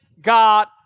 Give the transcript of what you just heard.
God